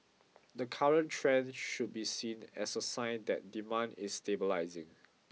the current trend should be seen as a sign that demand is stabilising